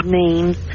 names